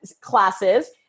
classes